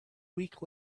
week